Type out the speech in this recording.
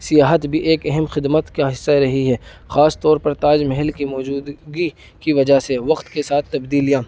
سیاحت بھی ایک اہم خدمت کا حصہ رہی ہے خاص طور پر تاج محل کی موجودگی کی وجہ سے وقت کے ساتھ تبدیلیاں